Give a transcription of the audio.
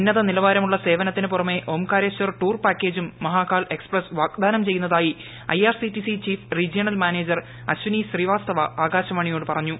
ഉന്നത് നിലവാരമുളള സേവനത്തിനു പുറമേ ഓംകാരേശ്വർ ടൂർ പാക്ക്ജും മഹാകാൽ എക്സ്പ്രസ് വാഗ്ദാനം ചെയ്യുന്നതായി ക്ക് R C T C chief regional manager Ashwini ശ്രീപ്പിച്ച്തവ ആകാശവാണിയോട് പറഞ്ഞു